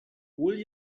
will